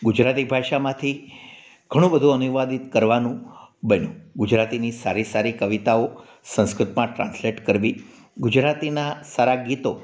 ગુજરાતી ભાષામાંથી ઘણું બધું અનુવાદિત કરવાનું બન્યું ગુજરાતીની સારી સારી કવિતાઓ સંસ્કૃતમાં ટ્રાંસલેટ કરવી ગુજરાતીનાં સારા ગીતો